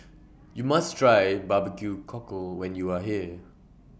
YOU must Try Barbecue Cockle when YOU Are here